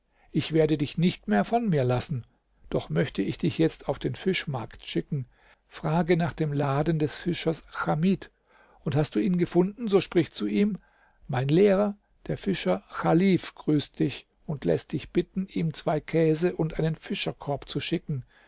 ich werde dich nicht mehr von mir lassen doch möchte ich dich jetzt auf den fischmarkt schicken frage nach dem laden des fischers chamid und hast du ihn gefunden so sprich zu ihm mein lehrer der fischer chalif grüßt dich und läßt dich bitten ihm zwei käse und einen fischerkorb zu schicken